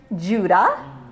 Judah